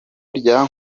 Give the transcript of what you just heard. rya